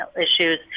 issues